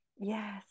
Yes